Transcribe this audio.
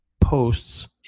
posts